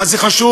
מה זה חשוב?